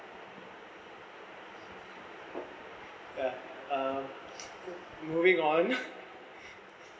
ya um moving on